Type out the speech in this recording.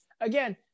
again